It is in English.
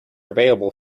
available